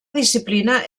disciplina